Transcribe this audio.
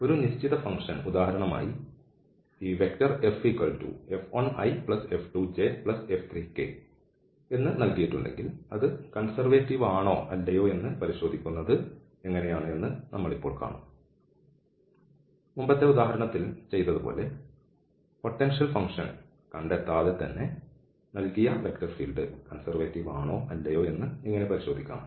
ഒരു നിശ്ചിത ഫംഗ്ഷൻ ഉദാഹരണമായി ഈ FF1iF2jF3k എന്ന നൽകിയിട്ടുണ്ടെങ്കിൽ അത് കൺസെർവേറ്റീവ് ആണോ അല്ലയോ എന്ന് പരിശോധിക്കുന്നത് എങ്ങനെയാണ് എന്ന് നമ്മൾ ഇപ്പോൾ കാണും മുമ്പത്തെ ഉദാഹരണത്തിൽ ചെയ്തപോലെ പൊട്ടൻഷ്യൽ ഫങ്ക്ഷൻ കണ്ടെത്താതെ തന്നെ നൽകിയ ഫീൽഡ് കൺസെർവേറ്റീവ് ആണോ അല്ലയോ എന്ന് എങ്ങനെ പരിശോധിക്കാം